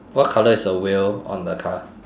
what colour is the wheel on the car